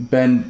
Ben